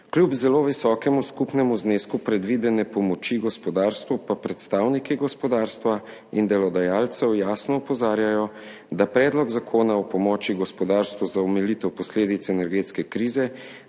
Kljub zelo visokemu skupnemu znesku predvidene pomoči gospodarstvu pa predstavniki gospodarstva in delodajalcev jasno opozarjajo, da Predlog zakona o pomoči gospodarstvu za omilitev posledic energetske krize